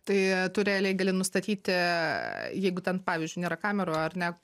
tai tu realiai gali nustatyti jeigu ten pavyzdžiui nėra kamerų ar ne